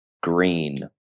Green